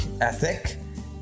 ethic